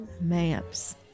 maps